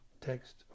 Text